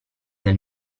del